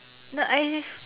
no I